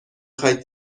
خواید